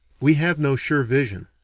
we have no sure vision.